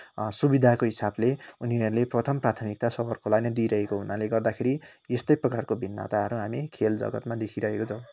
सुविधाको हिसाबले उनीहरूले प्रथम प्राथमिकता सहरकोलाई नै दिइरहेको हुनाले गर्दाखेरि त्यस्तै प्रकारको भिन्नताहरू हामी खेल जगतमा देखिरहेका छौँ